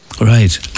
Right